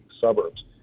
suburbs